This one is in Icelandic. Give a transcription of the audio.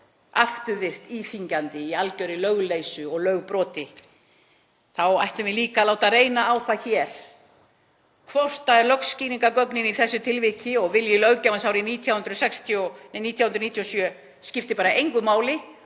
afturvirkt, íþyngjandi í algerri lögleysu og lögbroti. Þá ættum við líka að láta reyna á það hér hvort lögskýringargögnin í þessu tilviki og vilji löggjafans árið 1997 skipti bara engu máli